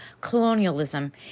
colonialism